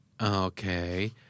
Okay